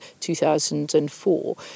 2004